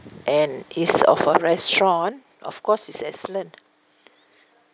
and is of a restaurant of course is excellent